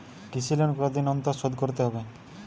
কৃষি লোন কতদিন অন্তর শোধ করতে হবে?